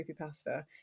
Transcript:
creepypasta